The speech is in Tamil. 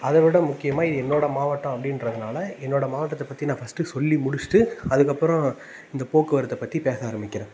அதை விட முக்கியமாக இது என்னோடய மாவட்டம் அப்படின்றதுனால என்னோடய மாவட்டத்தை பற்றி நான் ஃபஸ்ட்டு சொல்லி முடிச்சிட்டு அதுக்கு அப்புறம் இந்த போக்குவரத்தை பற்றி பேச ஆரம்பிக்கிறேன்